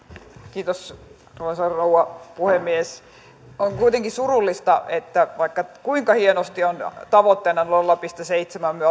arvoisa rouva puhemies on kuitenkin surullista että vaikka kuinka hienosti on tavoitteena nolla pilkku seitsemän me